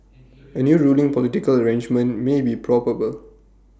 A new ruling political arrangement may be probable